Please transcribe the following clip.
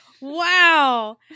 wow